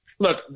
Look